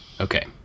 Okay